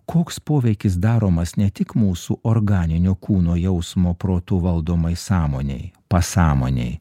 koks poveikis daromas ne tik mūsų organinio kūno jausmo protu valdomai sąmonei pasąmonei